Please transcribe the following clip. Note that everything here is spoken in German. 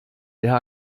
der